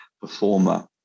performer